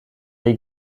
dei